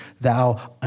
thou